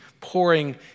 pouring